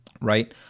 right